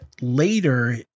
later